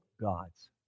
gods